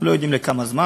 אנחנו לא יודעים לכמה זמן,